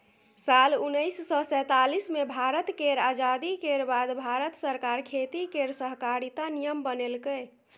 साल उन्नैस सय सैतालीस मे भारत केर आजादी केर बाद भारत सरकार खेती केर सहकारिता नियम बनेलकै